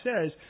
says